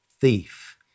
thief